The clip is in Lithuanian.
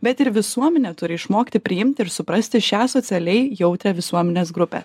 bet ir visuomenė turi išmokti priimti ir suprasti šią socialiai jautrią visuomenės grupę